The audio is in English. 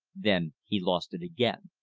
then he lost it again.